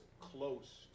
close